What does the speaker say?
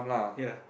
ya